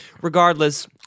Regardless